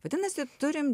vadinasi turime